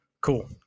Cool